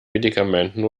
medikamenten